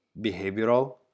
behavioral